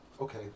okay